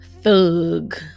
thug